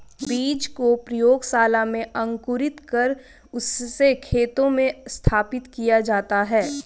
बीज को प्रयोगशाला में अंकुरित कर उससे खेतों में स्थापित किया जाता है